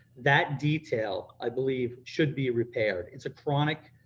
that detail, i believe, should be repaired. it's a chronic